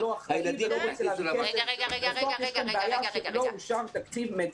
הילדים נמצאים בתחתית סולם העדיפויות.